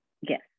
Yes